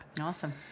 Awesome